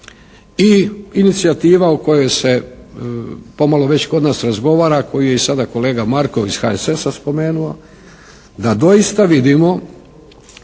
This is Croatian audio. i inicijativa o kojoj se pomalo kod nas već razgovara, koju je i sada kolega Markov iz HSS-a spomenuo da doista vidimo